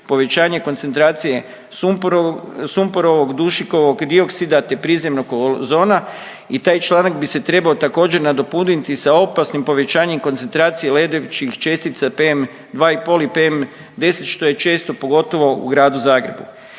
povećanja koncentracije sumporov… sumporovog dušikovog dioksida te prizemnog ozona i taj članak bi se trebao također nadopuniti sa opasnim povećanjem koncentracije lebdećih čestica PM2,5 i PM10 što je često pogotovo u Gradu Zagrebu.